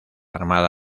armada